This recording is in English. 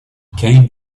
came